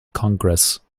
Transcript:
congress